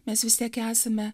mes vis tiek esame